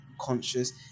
conscious